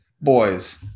boys